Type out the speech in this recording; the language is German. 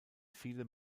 viele